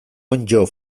onddo